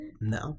No